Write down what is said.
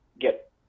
get